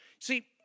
See